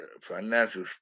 financial